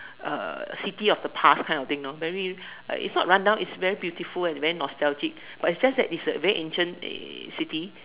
uh city of the past kind of thing know very like it's not run down it's very beautiful and very nostalgic but it's just that it's a very ancient uh city